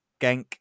Genk